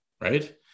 right